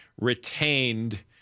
retained